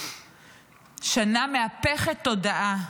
שנה מהפֶּכֶת תודעה,